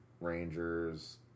Rangers